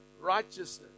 righteousness